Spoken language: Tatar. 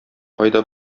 кайда